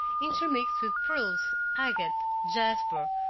intermixed with pearls, agate, jasper,